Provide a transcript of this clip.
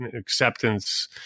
acceptance